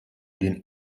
den